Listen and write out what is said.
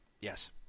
yes